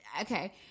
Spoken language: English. Okay